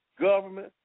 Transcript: government